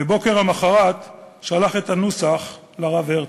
בבוקר למחרת הוא שלח את הנוסח לרב הרצוג: